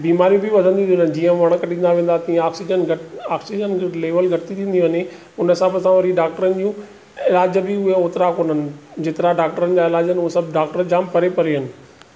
बीमारियूं बि वधंदी थियूं वञनि जीअं वण कटींदा वेंदा तीअं ऑक्सीजन घटि ऑक्सीजन जी लेवल घटि थी थींदी वञे उन हिसाब सां वरी डॉक्टरनि जूं इलाज बि ओतिरा कोन आहिनि जेतिरा डॉक्टरनि जा इलाजु आहिनि उहो सभु डॉक्टर जाम परे परे आहिनि